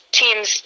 teams